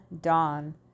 dawn